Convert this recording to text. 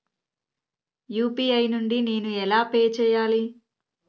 UPI నుండి నేను ఎలా పే చెయ్యాలి?